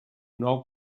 nou